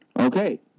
Okay